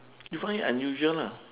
you find it unusual lah